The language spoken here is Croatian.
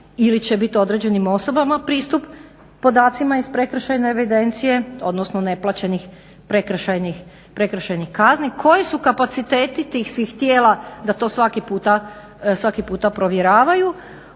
ili će biti određenim osobama pristup podacima iz prekršajne evidencije odnosno neplaćenih prekršajnih kazni? Koji su kapaciteti tih svih tijela da to svaki puta provjeravaju?